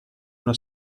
una